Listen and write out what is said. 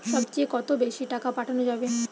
সব চেয়ে কত বেশি টাকা পাঠানো যাবে?